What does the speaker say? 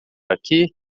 aqui